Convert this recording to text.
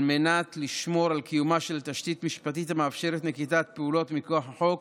על מנת לשמור על קיומה של תשתית משפטית המאפשרת נקיטת פעולות מכוח החוק